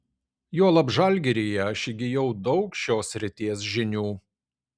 juolab žalgiryje aš įgijau daug šios srities žinių